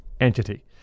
entity